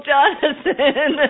Jonathan